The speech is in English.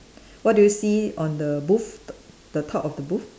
what do you see on the booth t~ the top of the booth